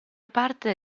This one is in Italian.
parte